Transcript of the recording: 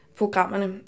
programmerne